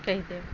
कहि देब